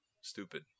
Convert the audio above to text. stupid